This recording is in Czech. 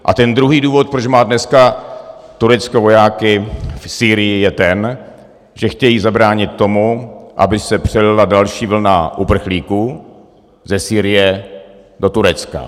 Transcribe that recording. A ten druhý důvod, proč má dneska Turecko vojáky v Sýrii, je ten, že chtějí zabránit tomu, aby se přelila další vlna uprchlíků ze Sýrie do Turecka.